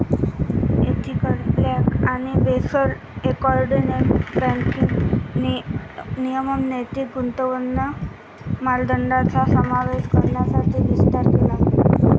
ethical bank आणि Basel एकॉर्डने banking नियमन नैतिक गुणवत्ता मानदंडांचा समावेश करण्यासाठी विस्तार केला